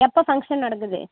எப்போ ஃபங்க்ஷன் நடக்குது